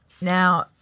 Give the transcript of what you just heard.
Now